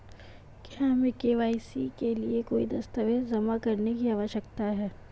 क्या हमें के.वाई.सी के लिए कोई दस्तावेज़ जमा करने की आवश्यकता है?